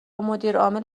مدیرعامل